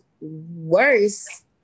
worse